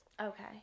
Okay